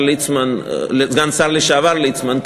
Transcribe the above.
סגן השר לשעבר ליצמן,